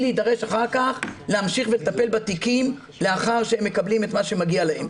להידרש אחר כך להמשיך ולטפל בתיקים לאחר שהם מקבלים את מה שמגיע להם.